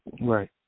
right